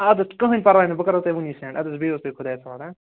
اَدٕ حظ کٕہٕنٛۍ پرواے نہٕ بہٕ کَرو تۄہہِ ؤنۍ سیٚنٛڈ اَدٕ حظ بِہِو حظ تُہۍ خۅدایَس حوال ہا